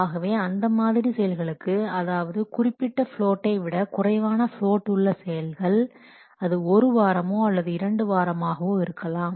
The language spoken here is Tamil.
ஆகவே அந்தமாதிரி செயல்களுக்கு அதாவது குறிப்பிட்ட பிளோட்டை விட குறைவான பிளோட் உள்ள செயல்கள் அது ஒரு வாரமோ அல்லது இரண்டு வாரமாக இருக்கலாம்